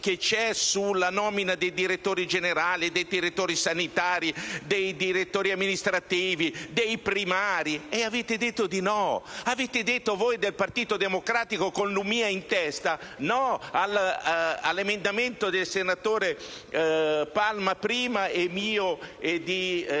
che c'è sulla nomina dei direttori generali, dei direttori sanitari, dei direttori amministrativi, dei primari, e avete detto di no. Avete detto, voi del Partito Democratico, con Lumia in testa, no all'emendamento del senatore Palma, prima, e mio e di Ciro